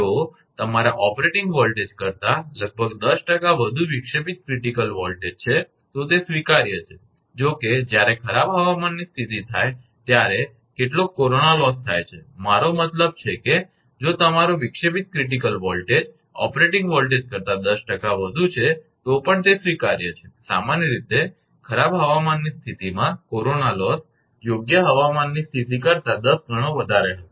જો તમારા operating voltage કરતાં લગભગ 10 વધુ વિક્ષેપિત ક્રિટીકલ વોલ્ટેજ છે તો તે સ્વીકાર્ય છે જો કે જ્યારે ખરાબ હવામાનની સ્થિતિ થાય ત્યારે કેટલોક કોરોના લોસ થાય છે મારો મતલબ છે કે જો તમારો વિક્ષેપિત ક્રિટીકલ વોલ્ટેજ ઓપરેટિંગ વોલ્ટેજ કરતા 10 વધુ છે તો પણ તે સ્વીકાર્ય છે સામાન્ય રીતે ખરાબ હવામાનની સ્થિતિમાં કોરોના લોસ યોગ્ય હવામાનની સ્થિતિ કરતા 10 ગણો વધારે હશે